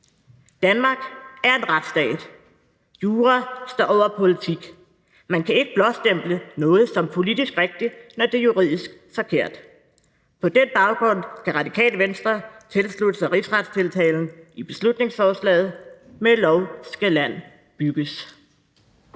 Danmark er en retsstat. Jura står over politik. Man kan ikke blåstemple noget som politisk rigtigt, når det er juridisk forkert. På den baggrund kan Radikale Venstre tilslutte sig rigsretstiltalen i beslutningsforslaget. Med lov skal land bygges.